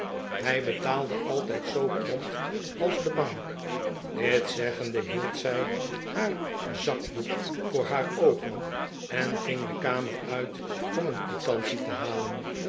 hij betaalde altijd zoo prompt als de bank dit zeggende hield zij haar zakdoek voor haar oogen en ging de kamer uit om een quitantie te halen